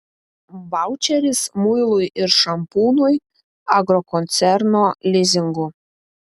vaučeris muilui ir šampūnui agrokoncerno lizingu